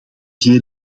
geen